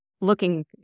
Looking